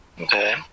Okay